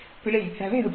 பிழை எனவே இது 18